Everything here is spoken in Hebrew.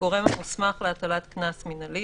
הגורם המוסמך להטלת קנס מינהלי.